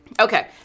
Okay